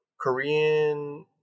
Korean